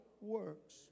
works